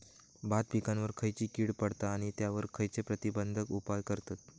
भात पिकांवर खैयची कीड पडता आणि त्यावर खैयचे प्रतिबंधक उपाय करतत?